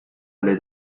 alle